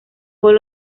con